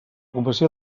confecció